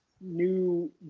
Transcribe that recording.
new